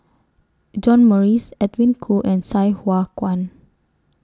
John Morrice Edwin Koo and Sai Hua Kuan